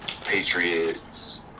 Patriots